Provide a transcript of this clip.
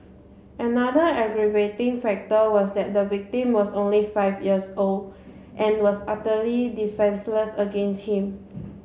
another aggravating factor was that the victim was only five years old and was utterly defenceless against him